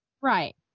Right